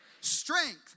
strength